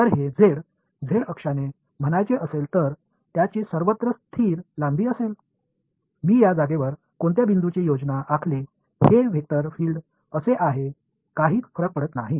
जर हे z z अक्षाने म्हणायचे असेल तर त्याची सर्वत्र स्थिर लांबी असेल मी या जागेवर कोणत्या बिंदूची योजना आखली हे वेक्टर फील्ड असे आहे काही फरक पडत नाही